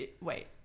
wait